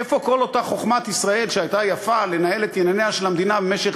איפה כל אותה חוכמת ישראל שהייתה יפה לנהל את ענייניה של המדינה במשך